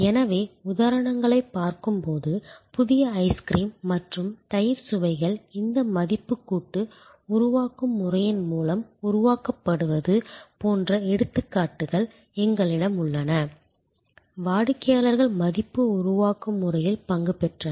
எனவே உதாரணங்களைப் பார்க்கும்போது புதிய ஐஸ்கிரீம் மற்றும் தயிர் சுவைகள் இந்த மதிப்பு கூட்டு உருவாக்கும் முறையின் மூலம் உருவாக்கப்படுவது போன்ற எடுத்துக்காட்டுகள் எங்களிடம் உள்ளன வாடிக்கையாளர்கள் மதிப்பு உருவாக்கும் முறையில் பங்கு பெற்றனர்